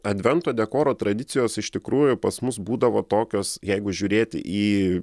advento dekoro tradicijos iš tikrųjų pas mus būdavo tokios jeigu žiūrėti į